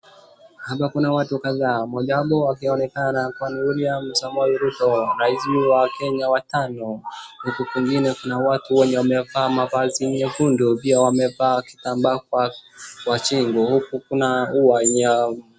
Hapa kuna watu kadhaa. Mmojawapo akionekana kuwa ni William Samoei Ruto rais wa Kenya wa tano. Huku kwingine kuna watu wamevaa mavazi nyekundu, pia wamevaa kitambaa kwa shingo huku kuna ua ya.